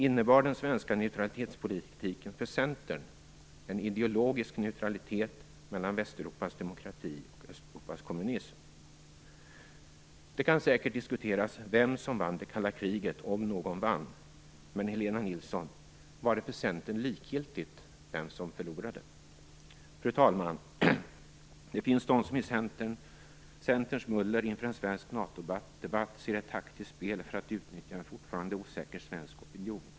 Innebar den svenska neutralitetspolitiken för Centern en ideologisk neutralitet mellan Västeuropas demokrati och Östeuropas kommunism? Det kan säkert diskuteras vem som vann det kalla kriget - om någon vann. Men, Helena Nilsson, var det för Centern likgiltigt vem som förlorade det? Fru talman! Det finns de som i Centerns muller inför en svensk NATO-debatt ser ett taktiskt spel för att utnyttja en fortfarande osäker svensk opinion.